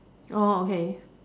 oh okay